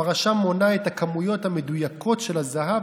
הפרשה מונה את הכמויות המדויקות של הזהב,